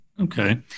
Okay